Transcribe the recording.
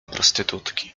prostytutki